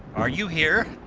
are you here?